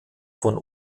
von